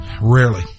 Rarely